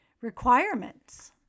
requirements